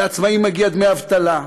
ולעצמאים מגיעים דמי אבטלה,